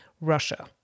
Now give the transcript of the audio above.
Russia